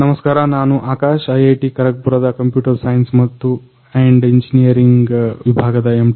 ನಮಸ್ಕಾರ ನಾನು ಆಕಾಶ್ ಐಐಟಿ ಖರಗ್ಪುರದ ಕಂಪ್ಯುಟರ್ ಸೈನ್ಸ್ ಅಂಡ್ ಇಂಜಿನಿಯರಿಂಗ್ ವಿಭಾಗದ ಎಮ್